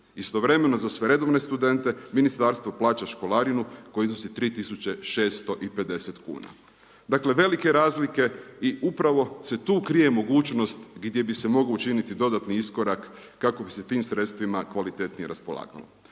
Istovremeno za sve redovne studente ministarstvo plaća školarinu koja iznosi 3650 kuna. Dakle, velike razlike i upravo se tu krije mogućnost gdje bi se mogao učiniti dodatni iskorak kako bi se tim sredstvima kvalitetnije raspolagalo.